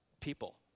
people